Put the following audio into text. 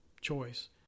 choice